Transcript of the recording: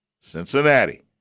Cincinnati